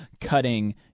cutting